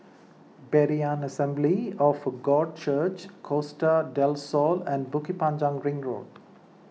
Berean Assembly of God Church Costa del Sol and Bukit Panjang Ring Road